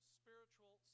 spiritual